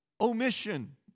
omission